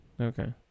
okay